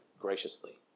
graciously